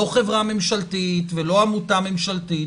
לא חברה ממשלתית ולא עמותה ממשלתית,